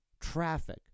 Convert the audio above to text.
traffic